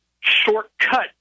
shortcut